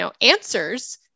answers